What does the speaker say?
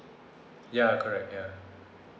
ya correct ya